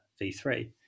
V3